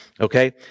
Okay